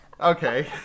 Okay